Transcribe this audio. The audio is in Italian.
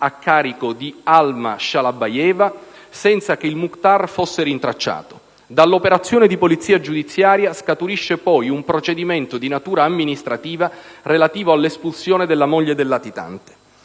a carico di Shalabayeva Alma, senza che il Mukhtar fosse rintracciato. Dall'operazione di polizia giudiziaria scaturisce poi un procedimento di natura amministrativa relativo all'espulsione della moglie del latitante.